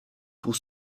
pour